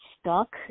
stuck